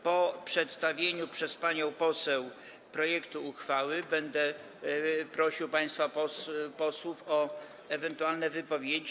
Po przedstawieniu przez panią poseł projektu uchwały będę prosił państwa posłów o ewentualne wypowiedzi.